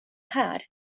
här